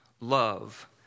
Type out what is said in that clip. love